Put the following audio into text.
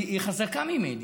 היא חזקה ממני.